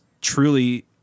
truly